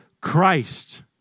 Christ